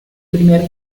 primer